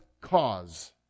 cause